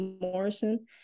Morrison